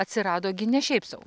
atsirado ne šiaip sau